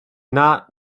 not